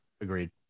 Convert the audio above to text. Agreed